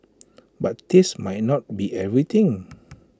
but taste might not be everything